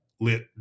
lit